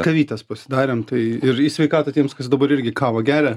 kavytės pasidarėm tai ir į sveikatą tiems kas dabar irgi kavą geria